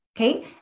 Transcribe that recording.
okay